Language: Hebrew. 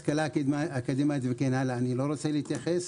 השכלה אקדמית וכן הלאה אני לא רוצה להתייחס,